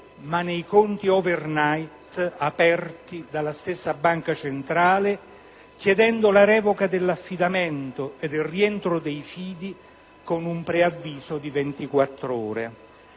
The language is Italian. ma nei conti *overnight* aperti dalla stessa Banca centrale, chiedendo invece la revoca dell'affidamento ed il rientro dei fidi con un preavviso di 24 ore.